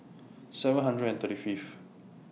seven hundred and thirty Fifth